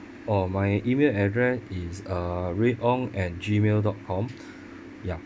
oh my E-mail address is uh red ong at Gmail dot com ya